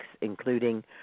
including